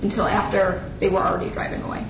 until after they were already driving away